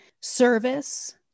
service